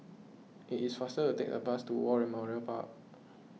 it is faster to take the bus to War Memorial Park